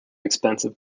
expensive